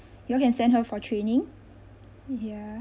you all can send her for training ya